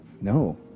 No